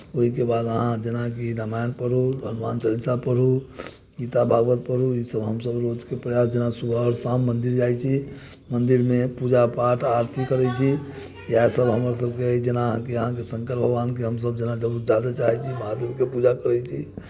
ओहिके बाद अहाँ जेनाकि रामायण पढ़ू हनुमान चालीसा पढ़ू गीता भागवत पढ़ू ईसभ हमसभ रोजके पाठ करैत छी सुबह आ शाम मन्दिर जाइ छी मन्दिरमे पूजा पाठ आरती करैत छी इएहसभ हमरसभके अइ जेनाकि अहाँके शङ्कर भगवानके हमसभ बहुत ज्जयादे चाहै छी महादेवके पूजा करै छी